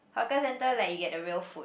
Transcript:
hawker center like you get the real food